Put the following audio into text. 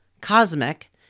cosmic